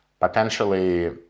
potentially